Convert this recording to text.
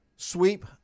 Sweep